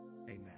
Amen